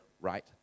right